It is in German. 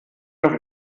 nach